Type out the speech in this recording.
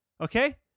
Okay